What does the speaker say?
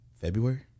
February